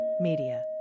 Media